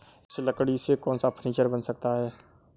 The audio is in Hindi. इस लकड़ी से कौन सा फर्नीचर बन सकता है?